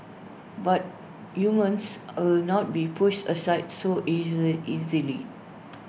but humans will not be pushed aside so easily easily